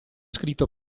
scritto